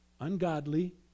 ungodly